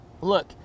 look